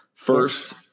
first